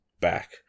back